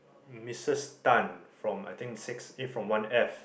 Missus Tan from I think six E from one F